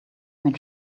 when